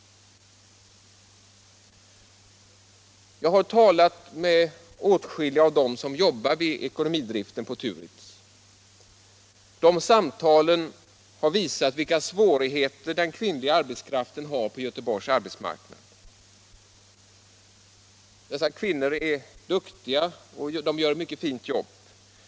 Jag har talat med åtskilliga av dem som jobbar vid ekonomidriften på Turitz. De samtalen har visat vilka svårigheter den kvinnliga arbetskraften har på Göteborgs arbetsmarknad. Dessa kvinnor är duktiga, och de gör ett mycket fint jobb.